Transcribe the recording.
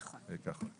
נכון.